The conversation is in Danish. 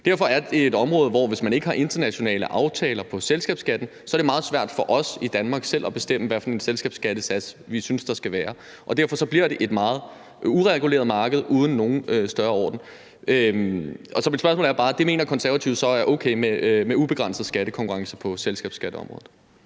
Derfor er det her et område, hvor det, hvis man ikke har internationale aftaler på selskabsskatteområdet, er meget svært for os i Danmark selv at bestemme, hvad for en selskabsskattesats vi synes der skal være, og derfor bliver det et meget ureguleret marked uden nogen større orden. Så mit spørgsmål er bare: Det mener Konservative så er okay, altså med ubegrænset skattekonkurrence på selskabsskatteområdet?